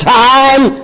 time